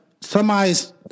somebody's